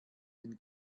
den